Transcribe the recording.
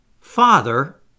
Father